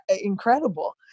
incredible